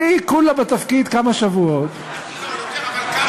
אלא שמד"א מוציאים הודעה שהאנשים באמבולנס נהגו לפי ההנחיות,